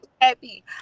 happy